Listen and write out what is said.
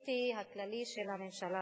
הפוליטי הכללי של הממשלה הזאת.